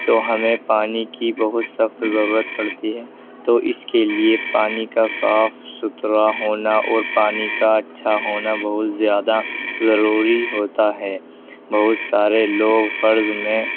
تو ہمیں پانی کی بہت سخت ضرورت پڑتی ہے تو اس کے لیے پانی کا صاف ستھرا ہونا اور پانی کا اچھا ہونا بہت زیادہ ضروری ہوتا ہے بہت سارے لوگ فرض میں